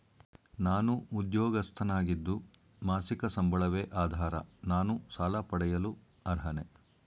ನಾನು ಉದ್ಯೋಗಸ್ಥನಾಗಿದ್ದು ಮಾಸಿಕ ಸಂಬಳವೇ ಆಧಾರ ನಾನು ಸಾಲ ಪಡೆಯಲು ಅರ್ಹನೇ?